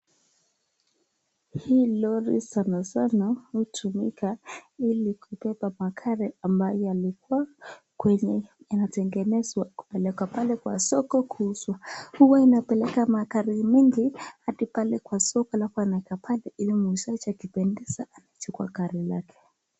Hii lori sana sana unatumika ili kubeba magari ambayo yalikuwa kwenye inatengenezwa kupeleka pale kwa soko kuuzwa. Huwa inapeleka magari mengi hadi pale kwa soko alafu anaweka pale ilimuuzaji amipendeza achuke gari yake.